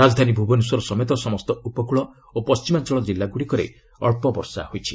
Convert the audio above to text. ରାଜଧାନୀ ଭୁବନେଶ୍ୱର ସମେତ ସମସ୍ତ ଉପକୃଳ ଓ ପଣ୍ଟିମାଞ୍ଚଳ ଜିଲ୍ଲାରେ ଅଳ୍ପ ବର୍ଷା ହୋଇଛି